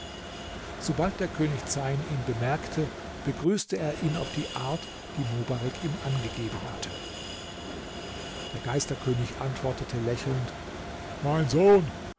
sobald der könig zeyn ihn bemerkte begrüßte er ihn auf die art die mobarek ihm angegeben hatte der geisterkönig antwortete lächelnd mein sohn